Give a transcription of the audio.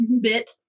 bit